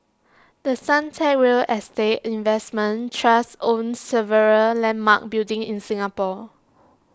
the Suntec real estate investment trust owns several landmark buildings in Singapore